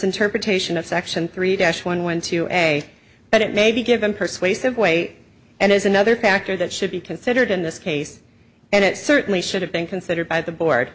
interpretation of section three dash one went to a but it may be given persuasive weight and is another factor that should be considered in this case and it certainly should have been considered by the board